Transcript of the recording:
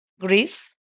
Greece